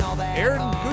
Aaron